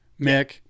Mick